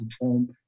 perform